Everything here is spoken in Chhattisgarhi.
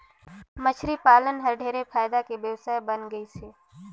मछरी पालन हर ढेरे फायदा के बेवसाय बन गइस हे